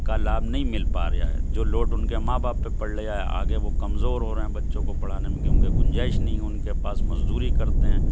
کا لابھ نہیں مل پا ریا ہے جو لوڈ ان کے ماں باپ پر پڑ رہا ہے آگے وہ کمزور ہو رہے ہیں بچوں کو پڑھانے میں کیونکہ گنجائش نہیں ہے ان کے پاس مزدوری کرتے ہیں